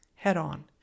head-on